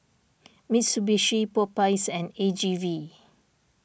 Mitsubishi Popeyes and A G V